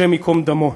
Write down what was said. השם ייקום דמו.